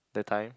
that time